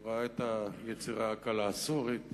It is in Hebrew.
יודע ראה את היצירה "הכלה הסורית",